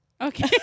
Okay